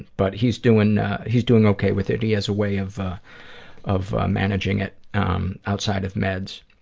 but he's doing he's doing okay with it. he has a way of of managing it um outside of meds,